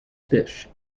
fish